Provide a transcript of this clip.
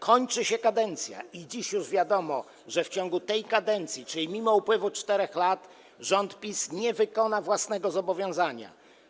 Kończy się kadencja i dziś już wiadomo, że w ciągu tej kadencji, czyli mimo upływu 4 lat, rząd PiS nie wykona własnego zobowiązania.